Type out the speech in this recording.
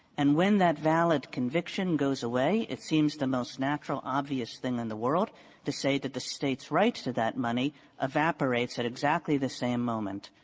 and when that valid conviction goes away, it seems the most natural, obvious thing in the world to say that the state's right to that money evaporates at exactly the same moment.